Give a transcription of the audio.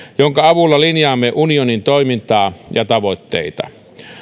jonka avulla linjaamme unionin toimintaa ja tavoitteita